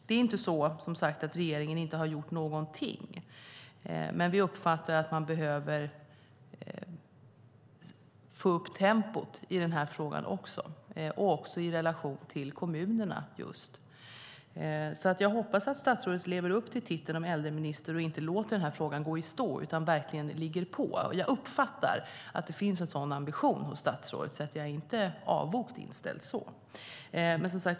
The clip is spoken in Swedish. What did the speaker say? Det är som sagt inte så att regeringen inte har gjort någonting, men vi uppfattar att man behöver få upp tempot i den här frågan också och också i relation till kommunerna. Jag hoppas därför att statsrådet lever upp titeln äldreminister och inte låter den här frågan gå i stå utan verkligen ligger på. Jag uppfattar att det finns en sådan ambition hos statsrådet, så jag är inte avogt inställd.